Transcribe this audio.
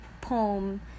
poem